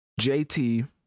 jt